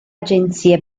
agenzie